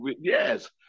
Yes